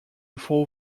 four